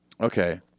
okay